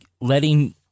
letting